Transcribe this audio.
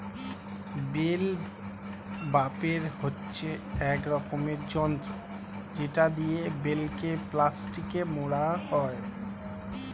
bell wrapper হচ্ছে এক রকমের যন্ত্র যেটা দিয়ে বেলকে প্লাস্টিকে মোড়া হয়